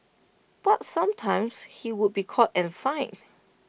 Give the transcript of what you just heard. but sometimes he would be caught and fined